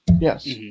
Yes